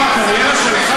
הקריירה שלך?